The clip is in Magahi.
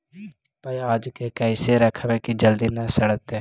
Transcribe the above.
पयाज के कैसे रखबै कि जल्दी न सड़तै?